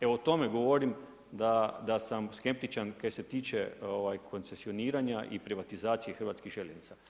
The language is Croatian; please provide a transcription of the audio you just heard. Evo o tome govorim da sam skeptičan što se tiče koncesioniranja i privatizacije hrvatskih željeznica.